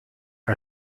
our